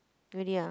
really ah